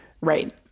right